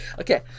Okay